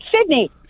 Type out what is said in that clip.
Sydney